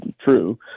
true